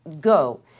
go